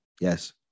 Yes